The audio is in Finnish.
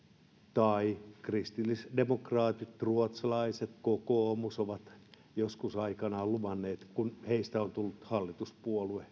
tai kristillisdemokraatit ruotsalaiset kokoomus on joskus aikanaan luvannut kun heistä on tullut hallituspuolue